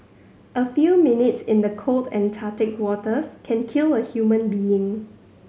a few minutes in the cold Antarctic waters can kill a human being